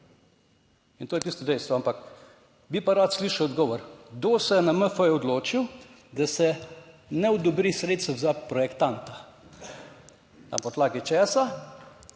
in to je tisto(?) dejstvo, ampak, bi pa rad slišal odgovor, kdo se je na MF odločil, da se ne odobri sredstev za projektanta? Na podlagi česa,